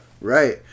Right